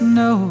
no